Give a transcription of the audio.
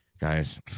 Guys